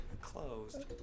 closed